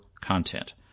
content